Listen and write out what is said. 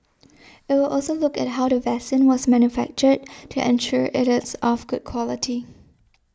it will also look at how the vaccine was manufactured to ensure it is of good quality